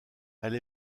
elle